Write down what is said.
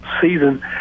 season